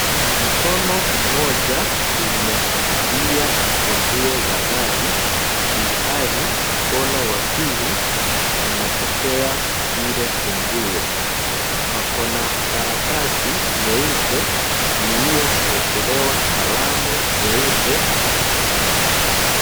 Mkono mmoja umeshikiliwa funguo za gari ilhali mkono wa pili unapokea zile funguo. Pako na karatasi nyeupe iliyowekelewa kalamu nyeupe.